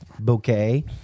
bouquet